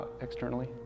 externally